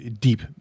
deep